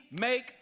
make